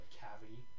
cavity